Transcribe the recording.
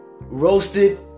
roasted